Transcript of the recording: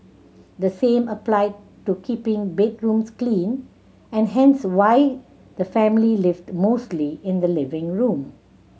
the same applied to keeping bedrooms clean and hence why the family lived mostly in the living room